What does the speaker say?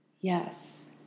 yes